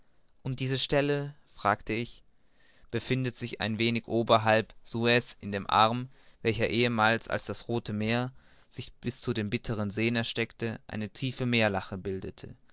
und diese stelle fragte ich befindet sich ein wenig oberhalb suez in dem arm welcher ehemals als das rothe meer sich bis zu den bitteren seen erstreckte eine tiefe meerlache bildete